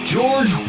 George